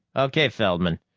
okay, feldman.